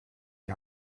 die